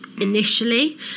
initially